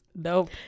Nope